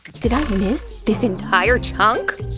did i miss this entire chunk!